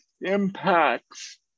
impacts